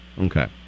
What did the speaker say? Okay